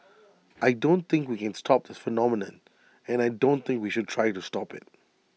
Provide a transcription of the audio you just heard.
I don't think we can stop this phenomenon and I don't think we should try to stop IT